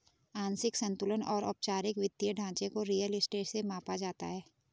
आंशिक संतुलन और औपचारिक वित्तीय ढांचे को रियल स्टेट से मापा जाता है